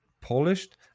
polished